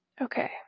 Okay